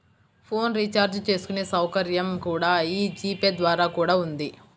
phone recharge చేసుకునే సౌకర్యం కూడా యీ జీ పే ద్వారా కూడా ఉంది